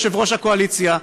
יושב-ראש הקואליציה,